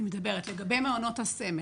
אני מדברת לגבי מעונות הסמל.